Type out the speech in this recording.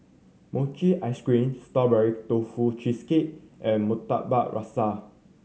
mochi ice cream Strawberry Tofu Cheesecake and Murtabak Rusa